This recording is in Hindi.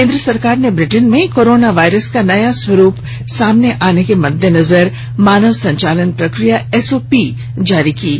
केन्द्र सरकार ने ब्रिटेन में कोरोना वायरस का नया रूप सामने आने के मद्देनजर मानव संचालन प्रक्रिया एस पी ओ जारी की है